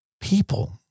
People